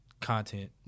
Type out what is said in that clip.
content